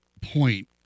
point